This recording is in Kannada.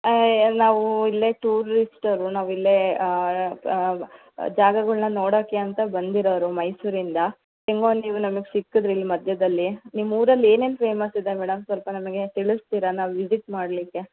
ನಾವು ಇಲ್ಲೇ ಟೂರಿಸ್ಟವರು ನಾವಿಲ್ಲೇ ಜಾಗಗಳ್ನ ನೋಡೋಕೆ ಅಂತ ಬಂದಿರೋವ್ರು ಮೈಸೂರಿಂದ ಹೇಗೋ ನೀವು ನಮಗೆ ಸಿಕ್ಕಿದ್ರಿ ಇಲ್ಲಿ ಮಧ್ಯದಲ್ಲಿ ನಿಮ್ಮ ಊರಲ್ಲಿ ಏನೇನು ಫೇಮಸ್ಸಿದೆ ಮೇಡಮ್ ಸ್ವಲ್ಪ ನಮಗೆ ತಿಳಿಸ್ತೀರಾ ನಾವು ವಿಸಿಟ್ ಮಾಡಲಿಕ್ಕೆ